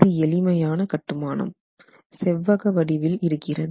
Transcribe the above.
இது எளிமையான கட்டுமானம் செவ்வக வடிவில் இருக்கிறது